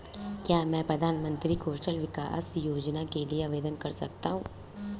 क्या मैं प्रधानमंत्री कौशल विकास योजना के लिए आवेदन कर सकता हूँ?